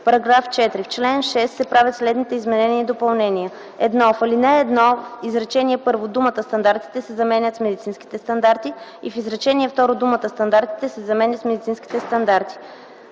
„§ 4. В чл. 6 се правят следните изменения и допълнения: 1. В ал. 1 в изречение първо думата „стандартите” се заменя с „медицинските стандарти” и в изречение второ думата „Стандартите” се заменя с „Медицинските стандарти”.